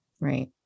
Right